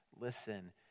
Listen